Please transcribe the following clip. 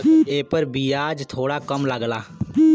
एपर बियाज थोड़ा कम लगला